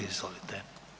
Izvolite.